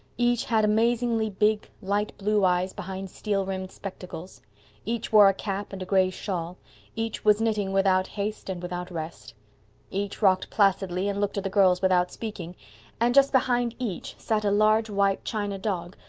each had amazingly big, light-blue eyes behind steel-rimmed spectacles each wore a cap and a gray shawl each was knitting without haste and without rest each rocked placidly and looked at the girls without speaking and just behind each sat a large white china dog,